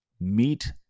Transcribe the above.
meet